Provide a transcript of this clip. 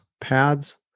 pads